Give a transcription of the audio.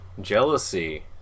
jealousy